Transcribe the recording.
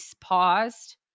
paused